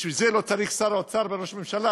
בשביל זה לא צריך שר אוצר וראש ממשלה,